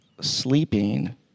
sleeping